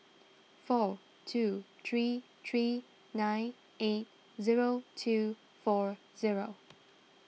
four two three three nine eight zero two four zero